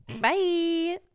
Bye